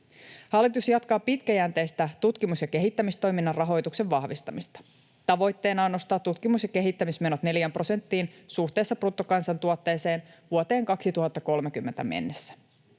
Hallitus jatkaa pitkäjänteistä tutkimus‑ ja kehittämistoiminnan rahoituksen vahvistamista. Tavoitteena on nostaa tutkimus‑ ja kehittämismenot neljään prosenttiin suhteessa bruttokansantuotteeseen vuoteen 2030 mennessä.